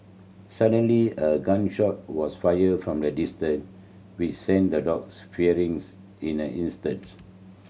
suddenly a gun shot was fired from the distance which sent the dogs fleeing in an instance